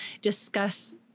discuss